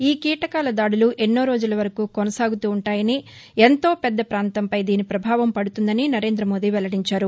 ఈ కీటకాల దాడులు ఎన్నో రోజుల వరకు సాగుతూ ఉంటాయని ఎంతో పెద్ద ప్రాంతంపై దీని ప్రభావం పడుతుందని నరేందమోదీ వెల్లడించారు